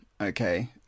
okay